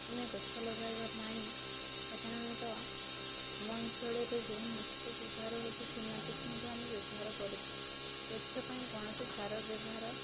ଆମେ ଗଛ ଲଗାଇବା ପାଇଁ ସାଧାରଣତଃ ଆମ ଅଞ୍ଚଳରେ ଯେଉଁ ମାଟିକୁ ବ୍ୟବହାର ହେଉଛି ସେହି ମାଟିକୁ ମଧ୍ୟ ଆମେ ବ୍ୟବହାର କରୁଛୁ ଗଛ ପାଇଁ କୌଣସି ସାର ବ୍ୟବହାର